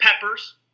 Peppers